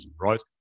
right